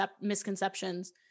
misconceptions